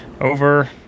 over